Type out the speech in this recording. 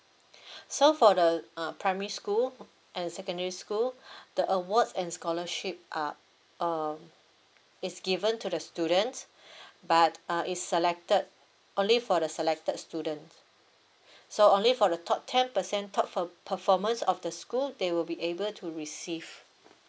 so for the uh primary school and secondary school the awards and scholarship uh um is given to the students but uh is selected only for the selected students so only for the top ten percent top per~ performers of the school they will be able to receive